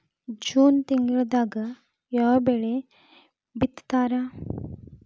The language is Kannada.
ಜೂನ್ ತಿಂಗಳದಾಗ ಯಾವ ಬೆಳಿ ಬಿತ್ತತಾರ?